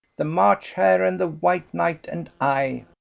the march hare and the white knight and i.